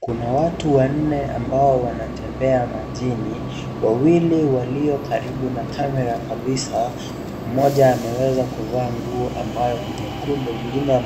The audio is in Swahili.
Kuna watu wanne ambao wanatembea majini wawili walio karibu na [?] kabisa mmoja ameweza kuvaa nguo ambayo ni nyekundu, mwingine